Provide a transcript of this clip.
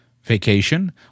vacation